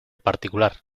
particular